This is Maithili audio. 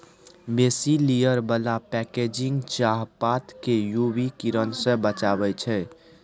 बेसी लेयर बला पैकेजिंग चाहपात केँ यु वी किरण सँ बचाबै छै